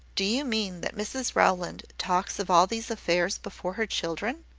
do you mean that mrs rowland talks of all these affairs before her children?